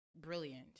brilliant